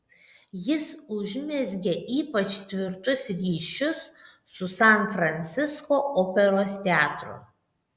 jis užmezgė ypač tvirtus ryšius su san francisko operos teatru